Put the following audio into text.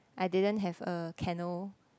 I didn't have a kennel